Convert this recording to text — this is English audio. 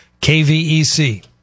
kvec